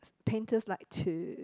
painters like to